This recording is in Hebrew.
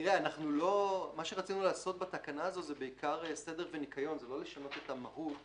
רצינו לעשות בתקנה הזאת בעיקר סדר וניקיון ולא לשנות את המהות.